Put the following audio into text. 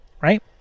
right